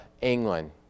England